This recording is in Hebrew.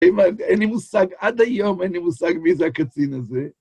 אין לי מושג, עד היום אין לי מושג מי זה הקצין הזה.